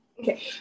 Okay